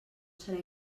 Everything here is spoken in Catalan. serà